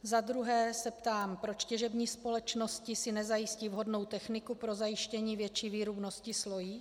Za druhé se ptám, proč těžební společnosti si nezajistí vhodnou techniku pro zajištění větší výrubnosti slojí.